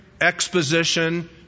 exposition